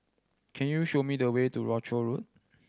can you show me the way to Rochor Road